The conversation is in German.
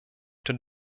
der